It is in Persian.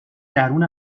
درون